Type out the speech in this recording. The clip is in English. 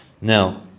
Now